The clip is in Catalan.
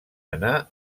anar